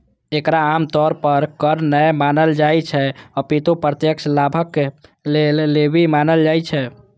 एकरा आम तौर पर कर नै मानल जाइ छै, अपितु प्रत्यक्ष लाभक लेल लेवी मानल जाइ छै